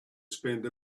spend